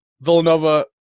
Villanova